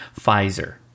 Pfizer